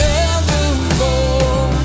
evermore